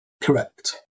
Correct